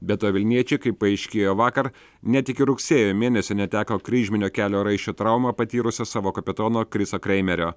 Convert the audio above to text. be to vilniečiai kaip paaiškėjo vakar net iki rugsėjo mėnesį neteko kryžminio kelio raiščio traumą patyrusio savo kapitono kriso kreimerio